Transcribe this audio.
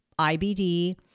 IBD